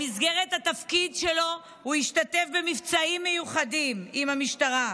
במסגרת התפקיד שלו הוא השתתף במבצעים מיוחדים עם המשטרה,